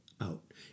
out